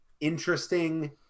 interesting